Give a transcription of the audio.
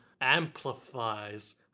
amplifies